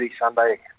Sunday